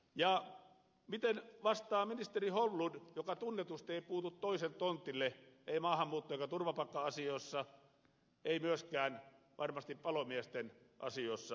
ja miten vastaa ministeri holmlund joka tunnetusti ei puutu toisen tontille ei maahanmuutto eikä turvapaikka asioissa ei myöskään varmasti palomiesten asioissa